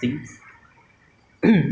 I think got some researchers they say like